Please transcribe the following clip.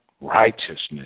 Righteousness